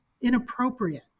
inappropriate